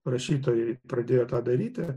rašytojai pradėjo tą daryti